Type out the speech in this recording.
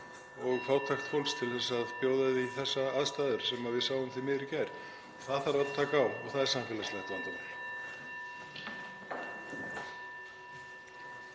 og fátækt fólks til að bjóða því þessar aðstæður sem við sáum því miður í gær. Taka þarf á því og það er samfélagslegt vandamál.